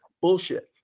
Bullshit